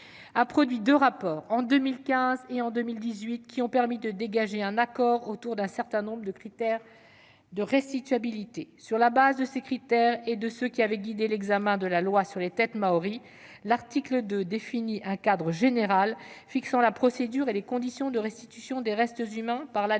a produit deux rapports, en 2015 et en 2018, qui ont permis de dégager un accord autour d'un certain nombre de critères de restituabilité. Sur la base de ces critères et de ceux qui avaient guidé l'examen de la loi relative à la restitution des têtes maories, l'article 2 définit un cadre général fixant la procédure et les conditions de restitution des restes humains par l'administration